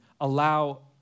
allow